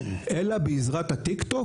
אלא בעזרת הטיק-טוק,